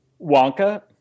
Wonka